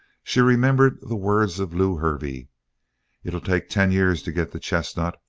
she remembered the words of lew hervey it'll take ten years to get the chestnut!